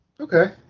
Okay